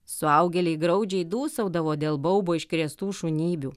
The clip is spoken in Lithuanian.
suaugėliai graudžiai dūsaudavo dėl baubo iškrėstų šunybių